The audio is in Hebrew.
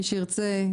מי שירצה.